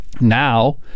Now